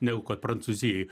negu kad prancūzijoj